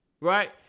right